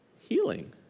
Healing